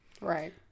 Right